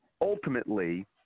ultimately